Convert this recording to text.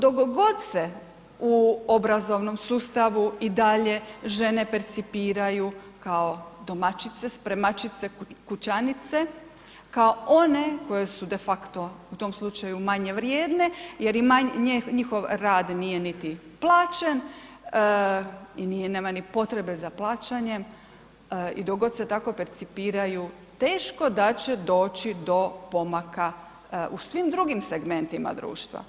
Dok god se u obrazovnom sustavu i dalje žene percipiraju kao domaćice, spremačice, kućanice, kao one koje su de facto u tom slučaju manje vrijedne jer i manje njihov rad nije niti plaćen i nema ni potrebe za plaćanjem i dok god se tako percipiraju teško da će doći do pomaka u svim drugim segmentima društva.